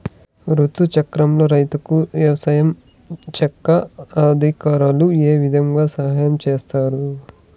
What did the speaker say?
రుతు చక్రంలో రైతుకు వ్యవసాయ శాఖ అధికారులు ఏ విధంగా సహాయం చేస్తారు?